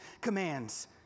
commands